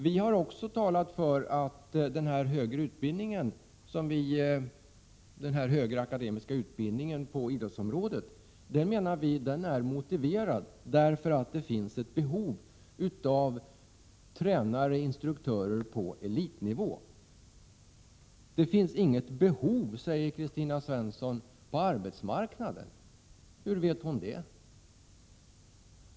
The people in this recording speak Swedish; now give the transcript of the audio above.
Vi anser att en högre akademisk utbildning på idrottsområdet är motiverad därför att det finns ett behov av tränare och instruktörer på elitnivå. Det finns inget behov på arbetsmarknaden, säger Kristina Svensson. Men hur vet hon det?